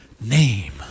name